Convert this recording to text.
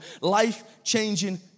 life-changing